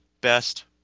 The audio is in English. best